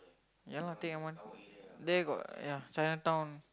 yeah lah take M_R_T there got ya Chinatown